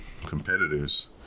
competitors